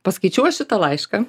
paskaičiau aš šitą laišką